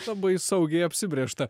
labai saugiai apsibrėžta